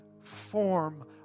form